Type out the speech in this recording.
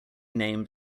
named